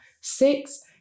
Six